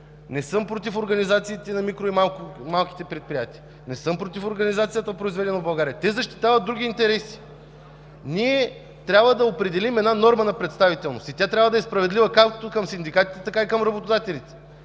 Не съм против организациите на микро и малките предприятия, не съм против организацията „Произведено в България”, но те защитават други интереси. Ние трябва да определим норма на представителност и тя трябва да е справедлива както към синдикатите, така и към работодателите.